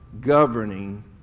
governing